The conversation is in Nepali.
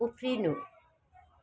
उफ्रिनु